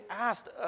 asked